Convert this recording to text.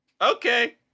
okay